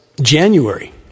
January